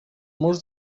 murs